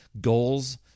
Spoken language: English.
goals